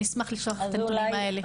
נשמח לשלוח לך את הנתונים האלה.